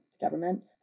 government